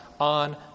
on